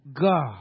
God